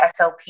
SLP